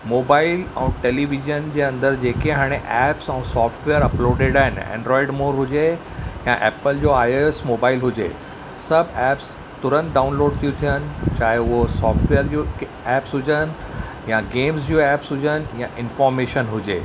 mobile ऐं television जे अंदरि जेके हाणे ऐप्स ऐं सोफ्टवेयर अपलोडिड आहिनि एंड्राइड मोड हुजे या ऐप्पल जो आइ एस मोबाइल हुजे सभु ऐप्स तुरंत डाउनलोड थी थियनि चाहे वो सोफ्टवेयर जो ऐप्स हुजनि या गेम्स जियूं ऐप्स हुजनि या इंफॉर्मेशन हुजे